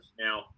Now